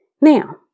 Now